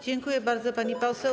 Dziękuję bardzo, pani poseł.